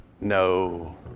No